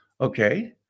Okay